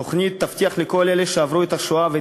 התוכנית תבטיח לכל אלה שעברו את השואה ואת